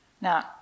Now